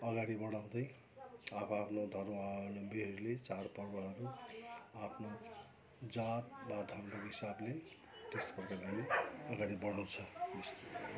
अगाडि बढाउँदै आफ्आफ्नो धर्म अवलम्वीहरूले चाडपर्वहरू आफ्नो जात वा धर्मको हिसाबले त्यस्तो प्रकारले अगाडि बढाउँछ